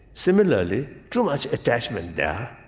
similarly, too much attachment there,